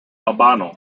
albano